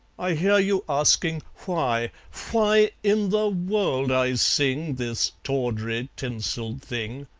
i hear you asking, why why in the world i sing this tawdry, tinselled thing?